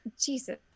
Jesus